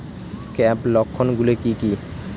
Scab লক্ষণ গুলো কি কি?